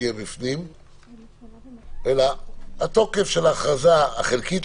חשבנו או למעט אותם במפורש או להשתמש פה בהגדרה אולי של "אסיר שפוט",